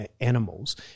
animals